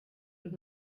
und